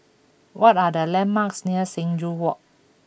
what are the landmarks near Sing Joo Walk